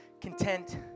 content